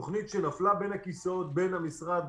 תוכנית שנפלה בין הכיסאות בין משרד